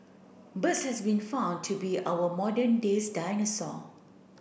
birds has been found to be our modern days dinosaur